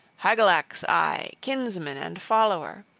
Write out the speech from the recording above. hygelac's i, kinsman and follower.